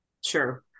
Sure